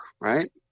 right